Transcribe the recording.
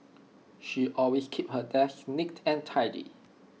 she always keeps her desk neat and tidy